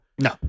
No